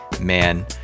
man